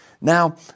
Now